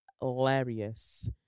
hilarious